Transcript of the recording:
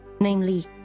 namely